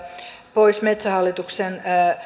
pois metsähallituksen